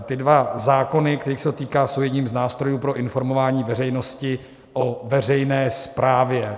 Ty dva zákony, kterých se to týká, jsou jedním z nástrojů pro informování veřejnosti o veřejné správě.